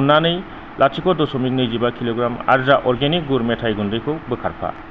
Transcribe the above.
अन्नानै लाथिख' दस'मिक नैजिबा किल'ग्राम आर्या अर्गेनिक गुर मेथाइ गुन्दैखौ बोखारफा